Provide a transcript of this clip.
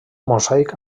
mosaic